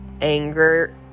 Anger